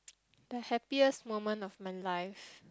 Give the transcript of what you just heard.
the happiest moment of my life